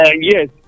Yes